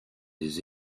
des